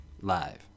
live